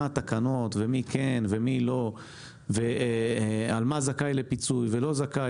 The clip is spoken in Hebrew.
התקנות ומי כן ומי לא ועל מה זכאי לפיצוי ולא זכאי,